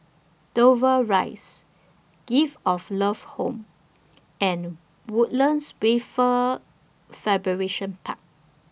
Dover Rise Gift of Love Home and Woodlands Wafer Fabrication Park